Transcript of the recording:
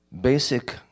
basic